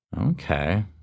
okay